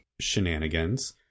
shenanigans